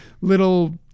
little